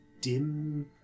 dim